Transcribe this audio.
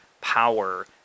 power